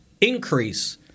increase